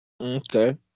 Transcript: Okay